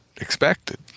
expected